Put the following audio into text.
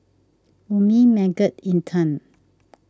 Ummi Megat and Intan